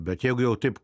bet jeigu jau taip